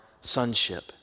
sonship